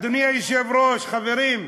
אדוני היושב-ראש, חברים,